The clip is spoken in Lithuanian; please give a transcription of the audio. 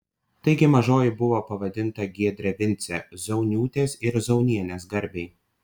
taigi mažoji buvo pavadinta giedre vince zauniūtės ir zaunienės garbei